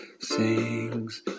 Sings